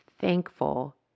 thankful